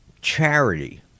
charity